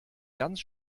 ganz